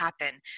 happen